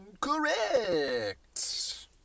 Correct